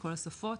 כל השפות,